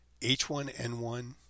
H1N1